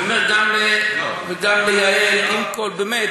ואני אומר גם ליעל, באמת.